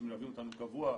שמלווים אותנו קבוע,